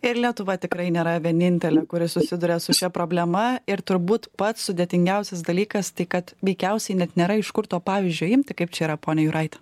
ir lietuva tikrai nėra vienintelė kuri susiduria su šia problema ir turbūt pats sudėtingiausias dalykas tai kad veikiausiai net nėra iš kur to pavyzdžio imti kaip čia yra ponia juraite